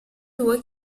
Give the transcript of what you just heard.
due